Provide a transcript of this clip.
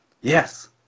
Yes